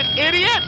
idiot